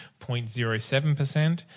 0.07%